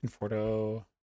conforto